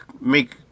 make